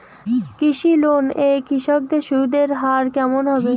কৃষি লোন এ কৃষকদের সুদের হার কেমন হবে?